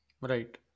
Right